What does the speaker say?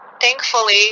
thankfully